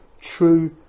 true